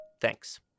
Thanks